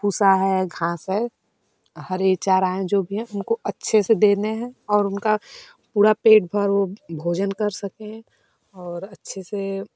भूसा है घास है हरे चारा है जो भी है उनको अच्छे से देने हैं और उनका पूरा पेट भर वे भोजन कर सकें और अच्छे से